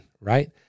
right